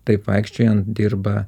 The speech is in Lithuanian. taip vaikščiojant dirba